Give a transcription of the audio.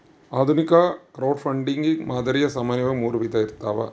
ಆಧುನಿಕ ಕ್ರೌಡ್ಫಂಡಿಂಗ್ ಮಾದರಿಯು ಸಾಮಾನ್ಯವಾಗಿ ಮೂರು ವಿಧ ಇರ್ತವ